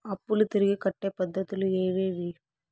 అప్పులు తిరిగి కట్టే పద్ధతులు ఏవేవి